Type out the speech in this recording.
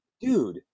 dude